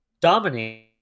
dominate